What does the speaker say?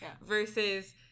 Versus